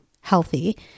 healthy